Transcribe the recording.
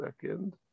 second